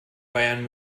bayern